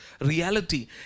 reality